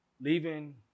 leaving